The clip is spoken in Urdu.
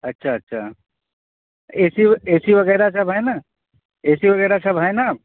اچھا اچھا اے سی اے سی وغیرہ سب ہے نا اے سی وغیرہ سب ہے نا